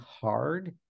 hard